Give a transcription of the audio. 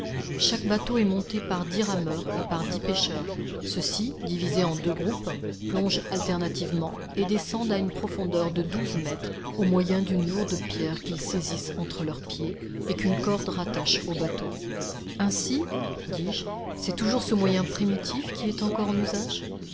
chaque bateau est monté par dix rameurs et par dix pêcheurs ceux-ci divisés en deux groupes plongent alternativement et descendent à une profondeur de douze mètres au moyen d'une lourde pierre qu'ils saisissent entre leurs pieds et qu'une corde rattache au bateau ainsi dis-je c'est toujours ce moyen primitif qui est encore en usage